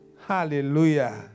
Hallelujah